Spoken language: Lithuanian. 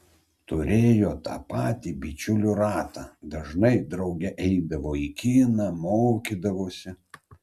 turėjo tą patį bičiulių ratą dažnai drauge eidavo į kiną mokydavosi